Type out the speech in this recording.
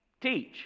teach